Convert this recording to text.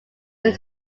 were